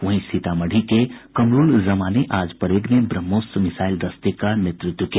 वहीं सीतामढ़ी के कमरूल जमां ने आज परेड में ब्रह्मोस मिसाईल दस्ते का नेतृत्व किया